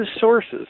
sources